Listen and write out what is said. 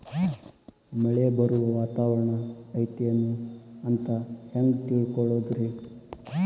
ಮಳೆ ಬರುವ ವಾತಾವರಣ ಐತೇನು ಅಂತ ಹೆಂಗ್ ತಿಳುಕೊಳ್ಳೋದು ರಿ?